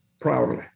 proudly